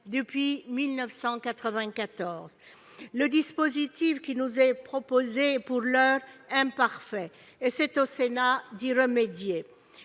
depuis 1994 ? Le dispositif qui nous est proposé est pour l'heure imparfait ; c'est au Sénat d'y remédier.